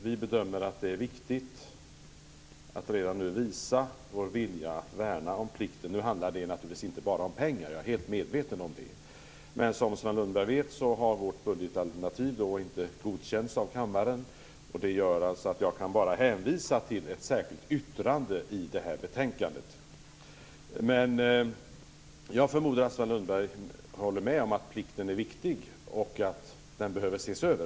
Vi bedömer det som viktigt att redan nu visa vår vilja att värna om plikten. Nu handlar det naturligtvis inte bara om pengar. Jag är helt medveten om det. Men som Sven Lundberg vet har vårt budgetalternativ inte godkänts av kammaren, och det gör att jag bara kan hänvisa till ett särskilt yttrande i anslutning till det här betänkandet. Jag förmodar att Sven Lundberg håller med om att plikten är viktig och att den behöver ses över.